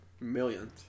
Millions